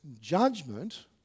judgment